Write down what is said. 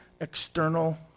external